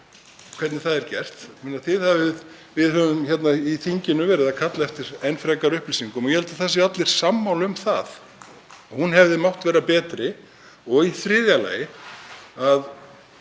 hvernig það er gert. Við höfum hér í þinginu verið að kalla eftir enn frekari upplýsingum og ég held að það séu allir sammála um það að upplýsingagjöfin hefði mátt vera betri. Og í þriðja lagi þá